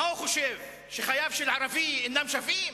מה הוא חושב, שחייו של ערבי אינם שווים?